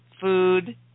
food